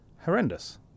horrendous